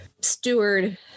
steward